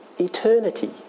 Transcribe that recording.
eternity